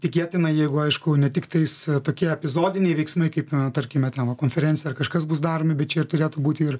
tikėtina jeigu aišku ne tiktais tokie epizodiniai veiksmai kaip tarkime ten va konferencija ar kažkas bus daromi bet čia ir turėtų būti ir